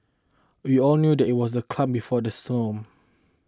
we all knew that it was the calm before the storm